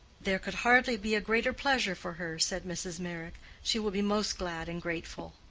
there could hardly be a greater pleasure for her, said mrs. meyrick. she will be most glad and grateful.